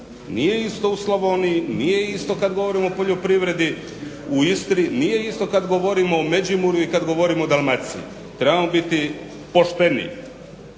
nije isto u Slavoniji, nije isto kad govorimo o poljoprivredi u Istri, nije isto kad govorimo o Međimurju i kad govorimo o Dalmaciji. Trebamo biti pošteniji.